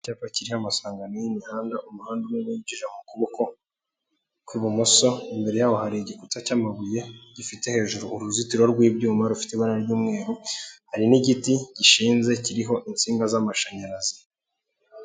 Icyapa kikiriho amasangano y'imihanda umuhanda umwe winjira mu kuboko kw'ibumoso imbere yaho hari igikuta cy'amabuye gifite hejuru uruzitiro rw'ibyuma rufite ibara ry'umweru hari n'igiti gishinze kiriho insinga z'amashanyarazi.